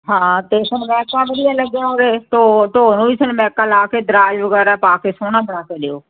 ਹਾ ਤੇ ਸਰਮਾਕਾ ਵਧਿਆ ਲਗਿਆ ਹੋਵੇ ਤੇ ਢੋ ਨੂ ਵੀ ਸਰਮਾਕਾ ਲਾ ਕੇ ਤੇ ਦਰਾਜ ਵਗੈਰਾ ਪਾ ਕੇ ਸੋਹਣਾ ਬਣਾ ਕੇ ਦਿਓ